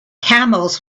camels